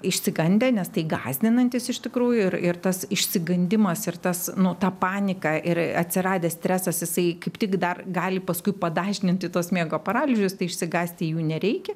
išsigandę nes tai gąsdinantis iš tikrųjų ir ir tas išsigandimas ir tas nu tą panika ir atsiradęs stresas jisai kaip tik dar gali paskui padažninti tuos miego paralyžius tai išsigąsti jų nereikia